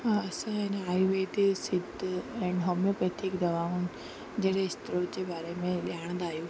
असांजे Ayurveda Siddha and homeopathic दवाउनि जहिड़े स्तर जे बारे में ॼाणंदा आहियूं